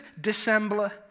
dissembler